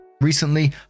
Recently